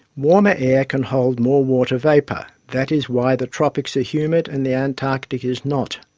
warmer air can hold more water vapour that is why the tropics are humid and the antarctic is not.